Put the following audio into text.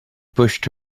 pushed